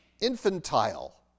infantile